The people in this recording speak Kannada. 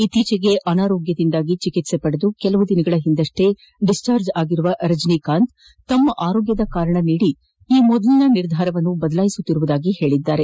ಇತ್ತೀಚೆಗೆ ಅನಾರೋಗ್ಯದ ಕಾರಣ ಚಿಕಿತ್ಸೆ ಪಡೆದು ಕೆಲವು ದಿನಗಳ ಹಿಂದಷ್ಟೆ ದಿಸಾರ್ಜ್ ಆಗಿರುವ ರಜನೀಕಾಂತ್ ತಮ್ಮ ಆರೋಗ್ಯದ ಕಾರಣ ನೀದಿ ಈ ಮೊದಲಿನ ನಿರ್ಧಾರವನ್ನು ದಲಾಯಿಸುತ್ತಿರುವುದಾಗಿ ತಿಳಿಸಿದ್ದಾರೆ